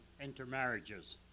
intermarriages